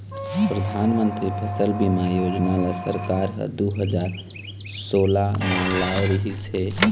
परधानमंतरी फसल बीमा योजना ल सरकार ह दू हजार सोला म लाए रिहिस हे